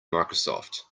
microsoft